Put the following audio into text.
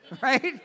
Right